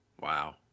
Wow